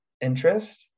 interest